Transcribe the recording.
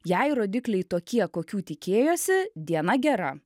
jei rodikliai tokie kokių tikėjosi diena gera